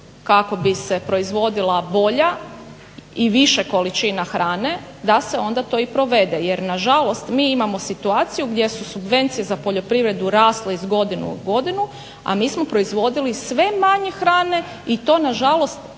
kako bi se proizvodila bolja i više količina hrane da se onda to i provede. Jer nažalost, mi imamo situaciju gdje su subvencije za poljoprivredu rasle iz godine u godinu, a mi smo proizvodili sve manje hrane i to nažalost